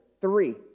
three